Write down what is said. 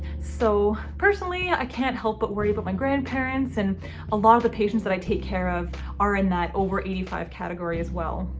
so personally i can't help but worry about but my grandparents and a lot of the patients that i take care of are in that over eighty five category as well.